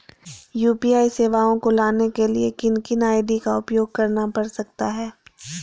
UPI सेवाएं को लाने के लिए किन किन आई.डी का उपयोग करना पड़ सकता है?